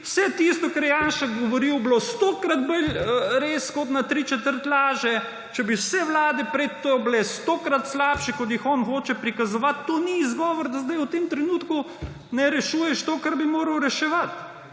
vse tisto, kar je Janša govoril, bilo stokrat bolj res, kot na tri četrt laže, če bi vse vlade pred to bile stokrat slabše, kot jih on hoče prikazovati, to ni izgovor, da zdaj, v tem trenutku ne rešuješ tega, kar bi moral reševati.